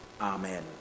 Amen